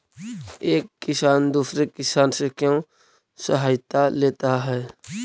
एक किसान दूसरे किसान से क्यों सहायता लेता है?